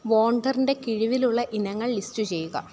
വോണ്ടറിന്റെ കിഴിവുള്ള ഇനങ്ങൾ ലിസ്റ്റ് ചെയ്യുക